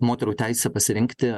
moterų teisę pasirinkti